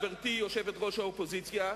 גברתי יושבת-ראש האופוזיציה,